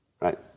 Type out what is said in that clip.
right